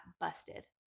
busted